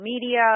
media